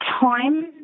time